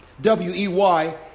W-E-Y